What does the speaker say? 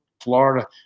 Florida